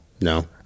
No